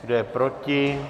Kdo je proti?